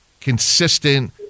consistent